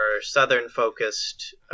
Southern-focused